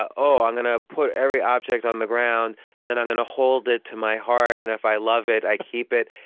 oh, i'm gonna put every object on the ground, and then i'm gonna hold it to my heart and if i love it, i keep it.